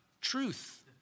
truth